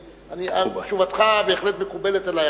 תשובתך בהחלט מקובלת עלי,